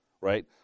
Right